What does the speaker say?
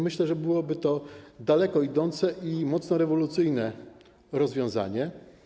Myślę, że byłoby to daleko idące i mocno rewolucyjne rozwiązanie.